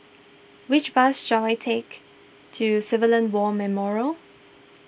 which bus shall I take to Civilian War Memorial